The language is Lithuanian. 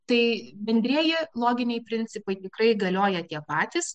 tai bendrieji loginiai principai tikrai galioja tie patys